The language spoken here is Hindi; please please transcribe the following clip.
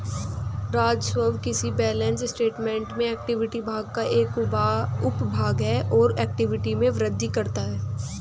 राजस्व किसी बैलेंस स्टेटमेंट में इक्विटी भाग का एक उपभाग है और इक्विटी में वृद्धि करता है